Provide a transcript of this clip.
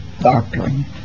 doctoring